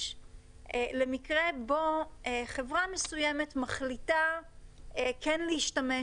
למקרה שבו חברה מסוימת מחליטה כן להשתמש